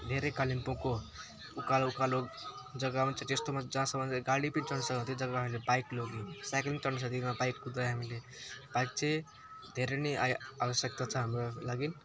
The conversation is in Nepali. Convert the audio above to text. धेरै कालिम्पोङको उकालो उकालो जग्गा हुन्छ त्यस्तोमा जहाँसम्म गाडी पनि चढ्नु सक्दैन त्यो जग्गामा हामीले बाइक लग्यो साइकल पनि चढ्न सक्दैन बाइक कुदायो हामीले बाइक चाहिँ धेरै नै आव आवश्यकता छ हाम्रो लागि